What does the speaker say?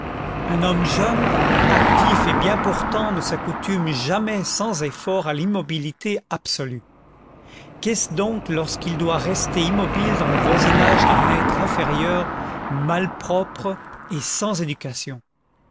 un homme jeune actif et bien portant ne s'accoutume jamais sans effort à l'immobilité absolue qu'est-ce donc lorsqu'il doit rester immobile dans le voisinage d'un être inférieur malpropre et sans éducation